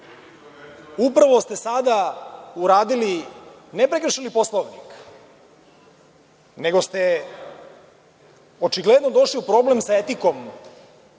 ste sada uradili, ne prekršili Poslovnik, nego ste očigledno došli u problem sa etikom